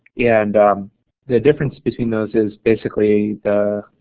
yeah and the difference between those is basically the